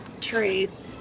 truth